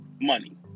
money